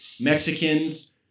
Mexicans